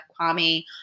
Kwame